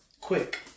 quick